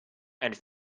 and